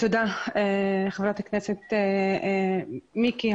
תודה חברת הכנסת מיקי.